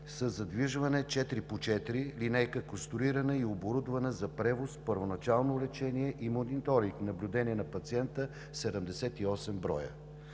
четири по четири, линейка, конструирана и оборудвана за превоз, първоначално лечение и мониторинг – наблюдение на пациента, 78 броя.